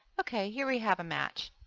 ok, here we have a match.